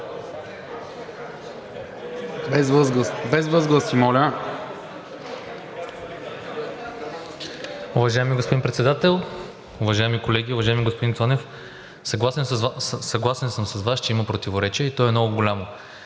Без възгласи, моля!